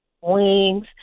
wings